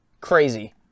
crazy